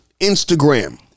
instagram